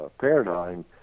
paradigm